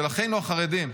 של אחינו החרדים.